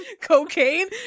Cocaine